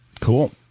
Cool